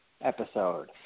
episode